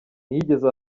ntiyigeze